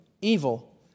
evil